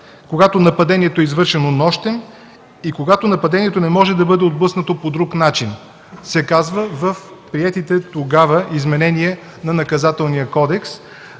когато нападението е извършено нощем и когато нападението не може да бъде отблъснато по друг начин – се казва в приетите тогава изменения на Наказателния кодекс,